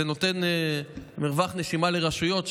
זה נותן מרווח נשימה לרשויות,